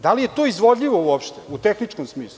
Da li je to izvodljivo uopšte u tehničkom smislu?